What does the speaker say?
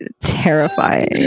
terrifying